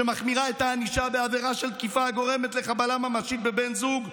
שמחמירה את הענישה בעבירה של תקיפה הגורמת לחבלה ממשית בבן זוג.